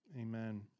amen